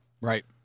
Right